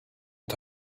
het